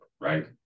right